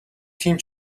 тийм